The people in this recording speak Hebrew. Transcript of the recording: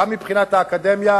גם מבחינת האקדמיה,